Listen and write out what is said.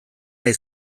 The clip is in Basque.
nahi